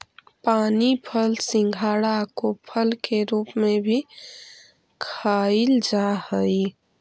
पानी फल सिंघाड़ा को फल के रूप में भी खाईल जा हई